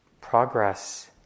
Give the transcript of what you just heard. progress